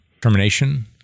termination